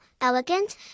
elegant